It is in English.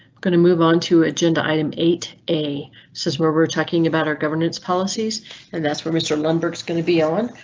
going to move on to agenda. item eight a says we're talking about our governance policies and that's where mr lundberg is going to be on.